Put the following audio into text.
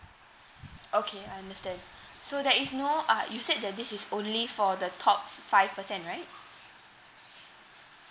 okay I understand so there is no uh you said that this is only for the top five percent right